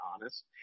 honest